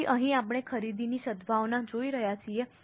તેથી અહીં આપણે ખરીદીની સદ્ભાવના જોઈ રહ્યા છીએ